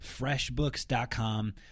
Freshbooks.com